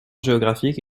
géographique